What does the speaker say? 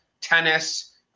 tennis